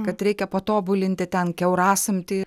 kad reikia patobulinti ten kiaurasamtį